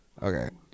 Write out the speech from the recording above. Okay